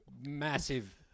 massive